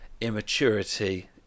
immaturity